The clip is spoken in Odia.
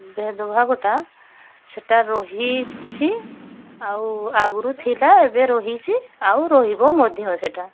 ଭେଦଭାବଟା ସେଇଟା ରହିଛି ଆଉ ଆଗରୁ ଥିଲା ଏବେ ରହିଛି ଆଉ ରହିବ ମଧ୍ୟ ସେଇଟା